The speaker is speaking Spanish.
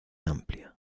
amplia